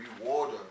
rewarder